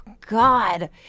God